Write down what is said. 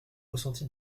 ressenti